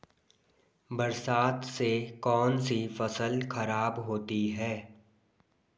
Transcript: बरसात से कौन सी फसल खराब होती है?